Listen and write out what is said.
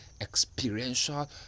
experiential